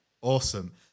Awesome